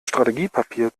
strategiepapier